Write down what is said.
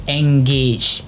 engage